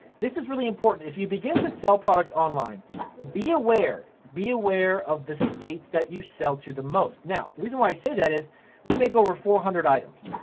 this is really important, if you begin to sell product online be aware, be aware of the states that you sell to the most. now, the reason why i say that is we make over four hundred items.